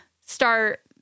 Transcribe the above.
start